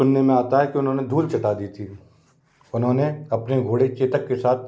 सुनने में आता है कि उन्होंने धूल चटा दी थी उन्होंने अपने घोड़े चेतक के साथ